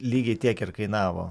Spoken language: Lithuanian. lygiai tiek ir kainavo